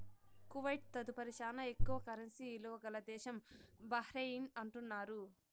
Kuwait తదుపరి శానా ఎక్కువ కరెన్సీ ఇలువ గల దేశం బహ్రెయిన్ అంటున్నారు